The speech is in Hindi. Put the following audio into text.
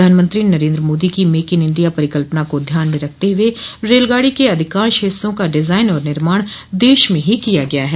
प्रधानमंत्री नरेन्द्र मोदी की मेक इन इंडिया परिकल्पना को ध्यान में रखते हुए रेलगाड़ी के अधिकांश हिस्सों का डिजाइन और निर्माण देश में ही किया गया है